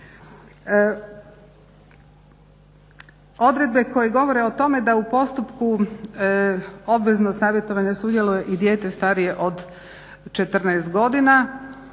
Odredbe koje govore o tome da u postupku obveznog savjetovanja sudjeluje i dijete starije od 14 godina.